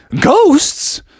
Ghosts